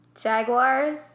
Jaguars